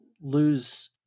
lose